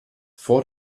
vor